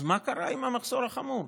אז מה קרה עם המחסור החמור?